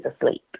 asleep